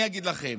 אני אגיד לכם: